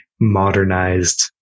modernized